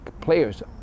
players